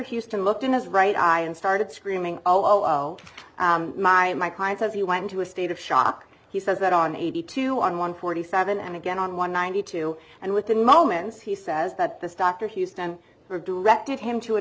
houston looked in his right eye and started screaming oh my my client says he went into a state of shock he says that on eighty two on one forty seven and again on one ninety two and within moments he says that this doctor houston her directed him to an